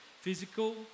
physical